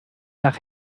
nach